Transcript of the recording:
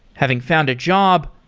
having found a job,